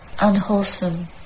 unwholesome